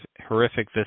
horrific